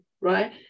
right